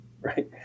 right